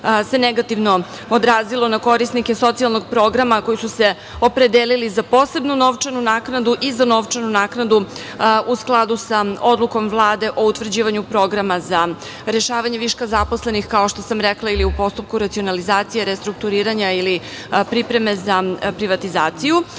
se negativno odrazilo na korisnike socijalnog programa koji su se opredelili za posebnu novčanu naknadu i za novčanu naknadu u skladu sa odlukom Vlade o utvrđivanju programa za rešavanje viška zaposlenih, kao što sam rekla, ili u postupku racionalizacije, restrukturiranja ili pripreme za privatizaciju.U